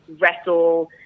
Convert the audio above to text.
wrestle